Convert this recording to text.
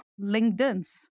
LinkedIn's